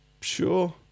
Sure